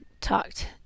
talked